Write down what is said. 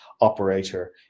operator